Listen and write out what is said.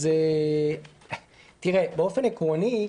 באופן עקרוני,